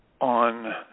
on